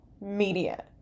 media